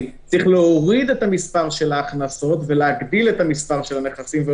להוריד את המספר של ההכנסות ולהגדיל את המספר של הנכסים,